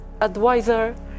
advisor